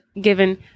given